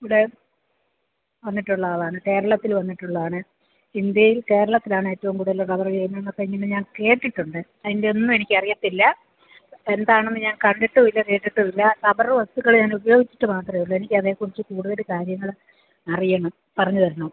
ഇവിടെ വന്നിട്ടുള്ളതാണ് കേരളത്തിൽ വന്നിട്ടുള്ളതാണ് ഇൻഡ്യയിൽ കേരളത്തിലാണ് ഏറ്റവും കൂടുതല് റബറ് ചെയ്യുന്നേന്നൊക്കെ ഇങ്ങനെ ഞാൻ കേട്ടിട്ടുണ്ട് അതിൻ്റെയൊന്നും എനിക്കറിയത്തില്ല എന്താണെന്ന് ഞാൻ കണ്ടിട്ടുവില്ല കേട്ടിട്ടുവില്ല റബറ് വസ്തുക്കള് ഞാൻ ഉപയോഗിച്ചിട്ട് മാത്രമേയുള്ളു എനിക്കതെകുറിച്ച് കൂടുതല് കാര്യങ്ങള് അറിയണം പറഞ്ഞ് തരണം